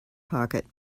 pocket